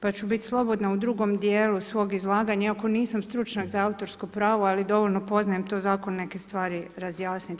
Pa ću biti slobodna u drugom dijelu, svog izlaganja, iako nisam stručnjak za autorsko pravo, ali dovoljno poznajem to zakon, neke stvari razjasniti.